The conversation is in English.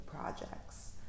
projects